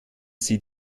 sie